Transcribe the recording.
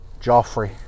Joffrey